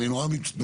אני נורא מצטער.